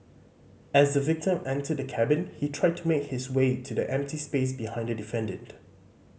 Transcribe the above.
as the victim entered the cabin he tried to make his way to the empty space behind the defendant